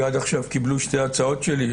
כי עד עכשיו קיבלו שתי הצעות שלי,